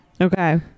Okay